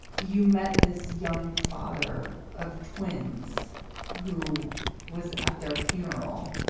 you met this young father of twins who was at their funeral.